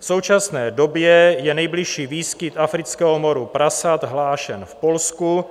V současné době je nejbližší výskyt afrického moru prasat hlášen v Polsku,